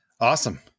awesome